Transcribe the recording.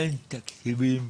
תן תקציבים,